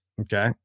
Okay